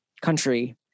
country